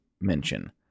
mention